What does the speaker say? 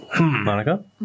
Monica